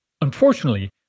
Unfortunately